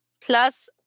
plus